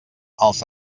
els